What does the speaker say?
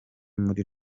muri